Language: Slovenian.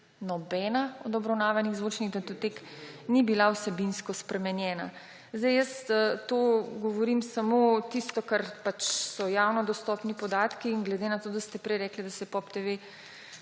nobena od obravnavanih zvočnih datotek, »ni bila vsebinsko spremenjena.« Govorim samo tisto, kar so javno dostopni podatki, in glede na to, da ste prej rekli, da se POP TV